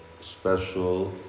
special